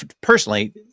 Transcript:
Personally